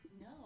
No